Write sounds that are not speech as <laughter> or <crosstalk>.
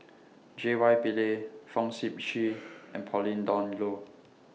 J Y Pillay Fong Sip Chee <noise> and Pauline Dawn Loh